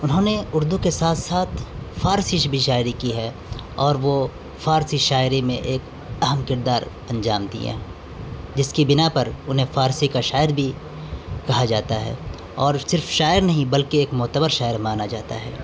انہوں نے اردو کے ساتھ ساتھ فارسی بھی شاعری کی ہے اور وہ فارسی شاعری میں ایک اہم کردار انجام دیے ہیں جس کی بنا پر انہیں فارسی کا شاعر بھی کہا جاتا ہے اور صرف شاعر نہیں بلکہ ایک معتبر شاعر مانا جاتا ہے